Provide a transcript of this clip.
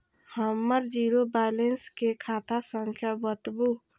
हमर zero balance के खाता संख्या बतबु?